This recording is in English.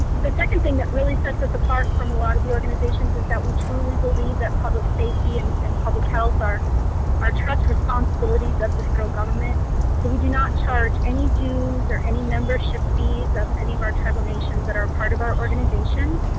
the second thing that really sets us apart from a lot of the organizations that we truly believe that public safety and and public health are trust responsibilities of the federal government, so we do not charge any dues or any membership fees of any of our tribal nations that are a part of our organization.